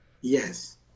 Yes